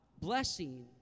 blessing